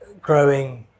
growing